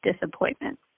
disappointment